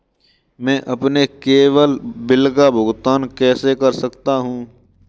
मैं अपने केवल बिल का भुगतान कैसे कर सकता हूँ?